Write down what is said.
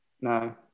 no